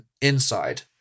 inside